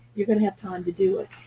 you're going to have to um to do it.